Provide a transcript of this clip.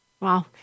Wow